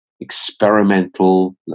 experimental